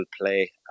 play